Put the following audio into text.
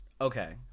Okay